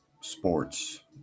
sports